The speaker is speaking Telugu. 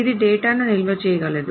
ఇది డేటాను నిల్వ చేయగలదు